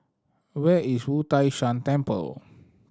where is Wu Tai Shan Temple